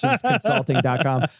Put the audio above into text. Consulting.com